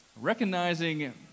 recognizing